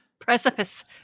Precipice